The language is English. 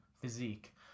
physique